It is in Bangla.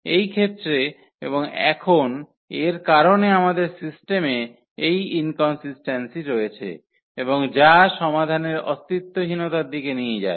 এই ক্ষেত্রে এবং এখন এর কারণে আমাদের সিস্টেমে এই ইনকনসিস্ট্যান্সি রয়েছে এবং যা সমাধানের অস্তিত্বহীনতার দিকে নিয়ে যায়